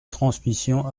transmission